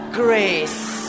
grace